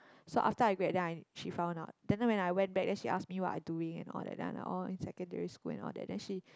so after I grad then I she found out then when I went back then she ask me what I doing and all that then I like oh in secondary school and all that then she